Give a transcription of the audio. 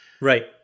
right